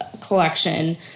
collection